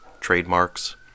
trademarks